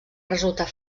resultar